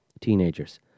teenagers